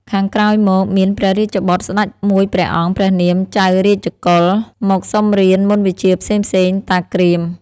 ខាងក្រោយមក មានព្រះរាជបុត្រ ស្តេចមួយព្រះអង្គ ព្រះនាមចៅរាជកុល មកសុំរៀនមន្តវិជ្ជាផ្សេងៗ តា គ្រាម ។